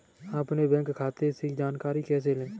हम अपने बैंक खाते की जानकारी कैसे लें?